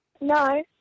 No